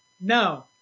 No